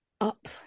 up